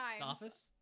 office